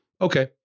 okay